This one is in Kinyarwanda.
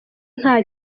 nta